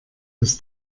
des